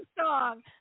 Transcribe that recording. song